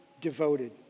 devoted